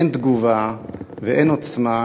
אין תגובה ואין עוצמה